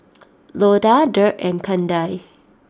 Loda Dirk and Kendal